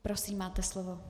Prosím, máte slovo.